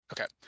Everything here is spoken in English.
Okay